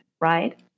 right